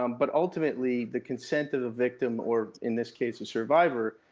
um but ultimately the consent of the victim, or in this case a survivor,